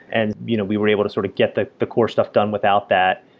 and you know we were able to sort of get the the core stuff done without that.